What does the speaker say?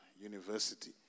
university